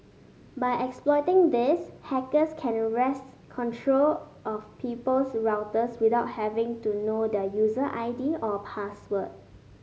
by exploiting this hackers can wrests control of people's routers without having to know their user I D or password